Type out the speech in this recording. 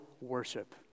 worship